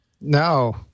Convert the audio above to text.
No